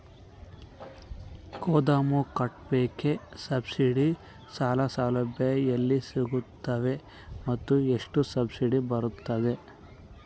ಗೋದಾಮು ಕಟ್ಟೋಕೆ ಸಬ್ಸಿಡಿ ಸಾಲ ಸೌಲಭ್ಯ ಎಲ್ಲಿ ಸಿಗುತ್ತವೆ ಮತ್ತು ಎಷ್ಟು ಸಬ್ಸಿಡಿ ಬರುತ್ತೆ?